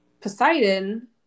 Poseidon